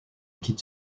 quitte